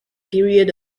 period